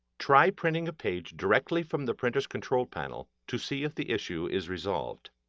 try printing a page directly from the printer's control panel to see if the issue is resolved.